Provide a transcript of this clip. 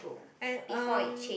and um